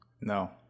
No